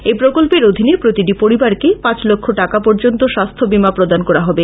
এই প্রকল্পের অধীনে প্রতিটি পরিবারকে পাঁচ লক্ষ টাকা পর্যন্ত স্বাস্থ্য বীমা প্রদান করা হবে